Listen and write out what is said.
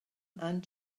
and